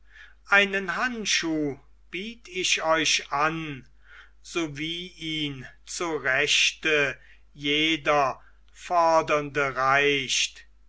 einen handschuh biet ich euch an so wie ihn zu rechte jeder fordernde reicht